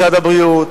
משרד הבריאות,